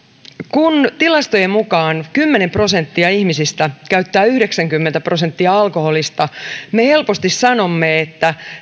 kun tilastojen mukaan kymmenen prosenttia ihmisistä käyttää yhdeksänkymmentä prosenttia alkoholista me helposti sanomme että